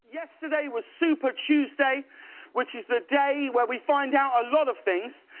yesterday was supertuesday which is the day where we find out a lot of things.